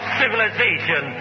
civilization